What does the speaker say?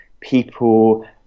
people